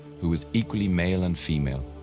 who is equally male and female.